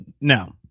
no